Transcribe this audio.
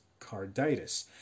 carditis